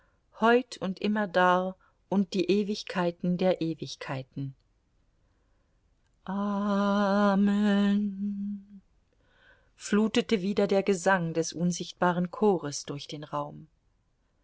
heut und immerdar und die ewigkeiten der ewigkeiten amen flutete wieder der gesang des unsichtbaren chores durch den raum